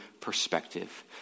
perspective